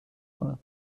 کنند